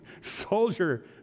soldier